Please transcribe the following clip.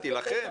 תלחם.